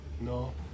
No